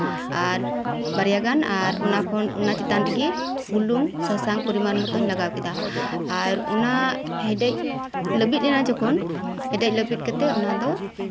ᱟᱨ ᱵᱟᱨᱭᱟ ᱜᱟᱱ ᱚᱱᱟ ᱠᱷᱚᱱ ᱚᱱᱟ ᱪᱮᱛᱟᱱ ᱨᱮᱜᱮ ᱵᱩᱞᱩᱝ ᱥᱟᱥᱟᱝ ᱯᱚᱨᱤᱢᱟᱱ ᱢᱚᱛᱚᱧ ᱞᱟᱜᱟᱣ ᱠᱮᱫᱟ ᱟᱨ ᱚᱱᱟ ᱦᱮᱰᱮᱡ ᱞᱟᱹᱵᱤᱫ ᱮᱱᱟ ᱡᱚᱠᱷᱚᱱ ᱦᱮᱰᱮᱡ ᱞᱟᱹᱵᱤᱫ ᱠᱟᱛᱮᱫ ᱚᱱᱟ ᱫᱚ